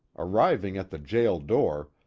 arriving at the jail door,